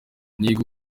niga